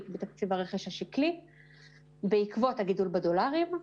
בתקציב הרכש השקלי בעקבות הגידול בדולרים.